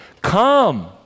Come